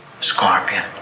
scorpion